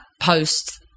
post